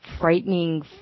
frightening